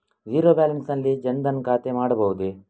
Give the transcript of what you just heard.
Zero balance ನಲ್ಲಿ ಜನ್ ಧನ್ ಖಾತೆ ಮಾಡಬಹುದೇ?